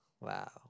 Wow